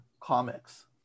comics